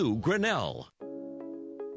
Grinnell